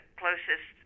closest